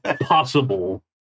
possible